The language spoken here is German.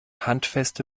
handfeste